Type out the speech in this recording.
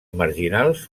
marginals